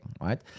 Right